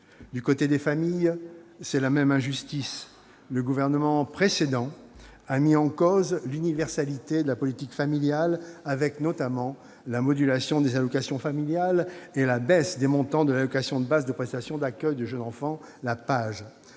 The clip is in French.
Du côté des familles, c'est la même injustice. Le gouvernement précédent a remis en cause l'universalité de la politique familiale avec notamment la modulation des allocations et la baisse des montants de l'allocation de base de la prestation d'accueil du jeune enfant, la PAJE.